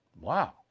Wow